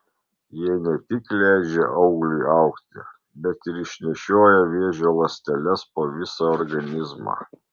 jie ne tik leidžia augliui augti bet ir išnešioja vėžio ląsteles po visą organizmą